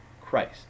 Christ